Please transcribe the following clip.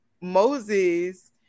moses